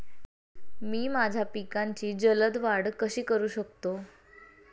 मी माझ्या पिकांची जलद वाढ कशी करू शकतो?